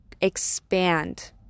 expand